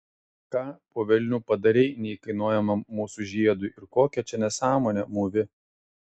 ką po velnių padarei neįkainojamam mūsų žiedui ir kokią čia nesąmonę mūvi